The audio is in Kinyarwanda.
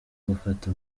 gufata